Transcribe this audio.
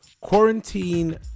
Quarantine